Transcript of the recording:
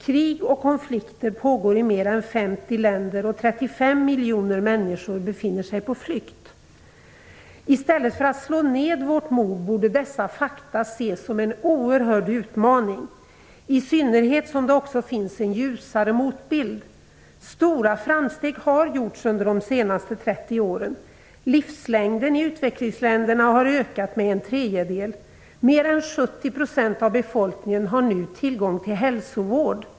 Krig och konflikter pågår i mer än 50 länder, och 35 miljoner människor befinner sig på flykt. I stället för att slå ned vårt mod borde dessa fakta ses som en oerhörd utmaning, i synnerhet som det också finns en ljusare motbild. Stora framsteg har gjorts under de senaste 30 åren. Livslängden i utvecklingsländerna har ökat med en tredjedel. Mer än 70 % av befolkningen har nu tillgång till hälsovård.